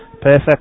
perfect